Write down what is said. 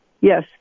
Yes